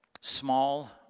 Small